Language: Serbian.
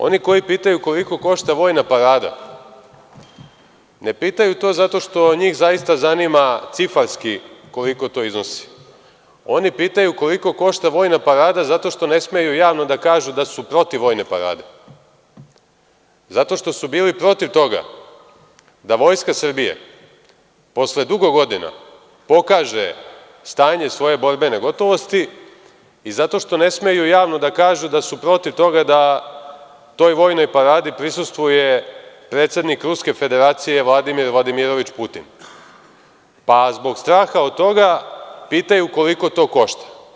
Oni koji pitaju koliko košta vojna parada, ne pitaju to zato što njih zaista zanima cifarski koliko to iznosi, oni pitaju koliko košta vojna parada zato što ne smeju javno da kažu da su protiv vojne parade, zato što su bili protiv toga da Vojska Srbije posle dugo godina pokaže stanje svoje borbene gotovosti i zato što ne smeju javno da kažu da su protiv toga da toj vojnoj paradi prisustvuje predsednik Ruske Federacije Vladimir Vladimirović Putin, pa zbog straha od toga, pitaju koliko to košta.